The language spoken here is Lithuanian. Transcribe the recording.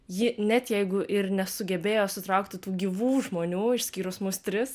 ji net jeigu ir nesugebėjo sutraukti tų gyvų žmonių išskyrus mus tris